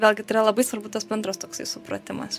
vėlgi tai yra labai svarbu tas bendras toksai supratimas